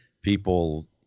people